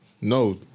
No